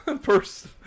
first